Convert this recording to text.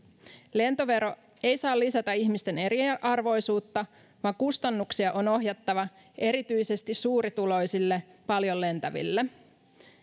lentovero ei saa lisätä ihmisten eriarvoisuutta vaan kustannuksia on ohjattava erityisesti suurituloisille paljon lentäville